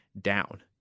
down